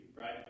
right